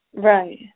Right